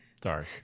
Dark